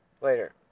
Later